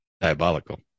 Diabolical